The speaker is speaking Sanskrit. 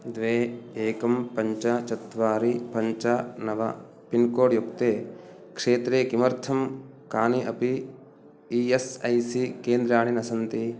द्वे एकं पञ्च चत्वारि पञ्च नव पिन्कोड् युक्ते क्षेत्रे किमर्थं कानि अपि ई एस् ऐ सी केन्द्राणि न सन्ति